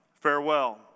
Farewell